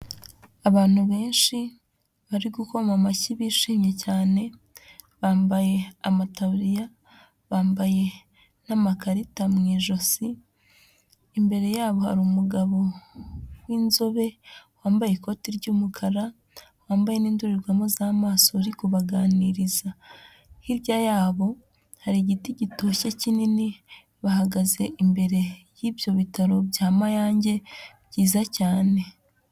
Abantu benshi bari gukoma amashyi bishimye cyane bambaye amataburiya, bambaye n'amakarita mu ijosi, imbere yabo hari umugabo w'inzobe wambaye ikoti ry'umukara, wambaye n'indorerwamo z'amaso uri kubaganiriza, hirya yabo hari igiti gitoshye kinini bahagaze imbere y'ibyo bitaro bya Mayange byiza cyane.